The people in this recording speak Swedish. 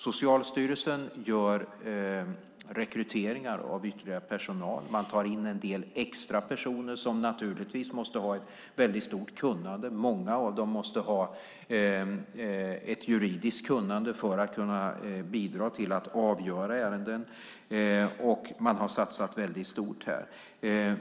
Socialstyrelsen gör rekryteringar av ytterligare personal. Man tar in en del extra personer, som naturligtvis måste ha ett stort kunnande. Många av dem måste ha ett juridiskt kunnande för att kunna bidra till att avgöra ärenden. Man har satsat stort.